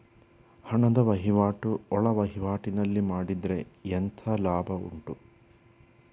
ಹಣದ ವಹಿವಾಟು ಒಳವಹಿವಾಟಿನಲ್ಲಿ ಮಾಡಿದ್ರೆ ಎಂತ ಲಾಭ ಉಂಟು?